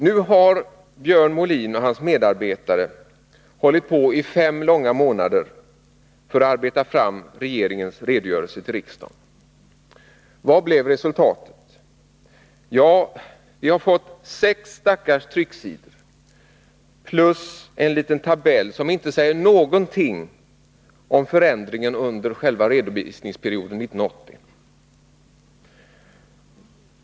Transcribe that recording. Nu har Björn Molin och hans medarbetare hållit på i fem långa månader för att arbeta fram regeringens redogörelse till riksdagen. Vad blev resultatet? Ja, vi har fått sex stackars trycksidor plus en liten tabell som inte säger någonting om förändringen under redovisningsperioden år 1980.